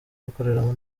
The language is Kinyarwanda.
gukoreramo